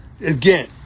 again